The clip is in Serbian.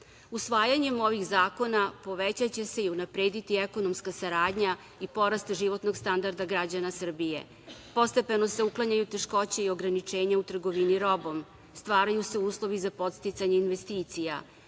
gimnazije. Usvajanjem ovih zakona povećaće se i unaprediti ekonomska saradnja i porast životnog standarda građana Srbije. Postepeno se uklanjaju teškoće i ograničenja u trgovini robom, stvaraju se uslovi za podsticanje investicija,